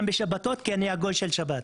גם בשבתות כי אני הגוי של שבת.